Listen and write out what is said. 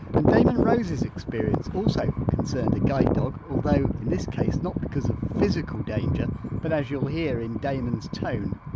and damon rose's experience also concerned a guide dog, although in this case, not because of physical danger but as you'll hear in damon's tone,